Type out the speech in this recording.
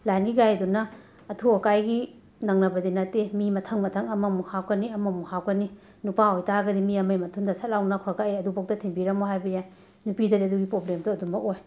ꯂꯥꯏꯟꯒꯤ ꯒꯥꯔꯤꯗꯨꯅ ꯑꯊꯨ ꯑꯀꯥꯏꯒꯤ ꯅꯪꯅꯕꯗꯤ ꯅꯠꯇꯦ ꯃꯤ ꯃꯊꯪ ꯃꯊꯪ ꯑꯃꯃꯨꯛ ꯍꯥꯞꯀꯅꯤ ꯑꯃꯃꯨꯛ ꯍꯥꯞꯀꯅꯤ ꯅꯨꯄꯥ ꯑꯣꯏꯕ ꯇꯥꯔꯒꯗꯤ ꯃꯤ ꯑꯃꯒꯤ ꯃꯊꯨꯟꯗ ꯁꯠ ꯂꯥꯎꯅ ꯅꯞꯈ꯭ꯔꯒ ꯑꯩ ꯑꯗꯨꯐꯥꯎꯗ ꯊꯤꯟꯕꯤꯔꯝꯃꯣ ꯍꯥꯏꯕ ꯌꯥꯏ ꯅꯨꯄꯤꯗꯗꯤ ꯑꯗꯨꯒꯤ ꯄꯣꯕ꯭ꯂꯦꯝꯗꯣ ꯑꯗꯨꯃꯛ ꯑꯣꯏ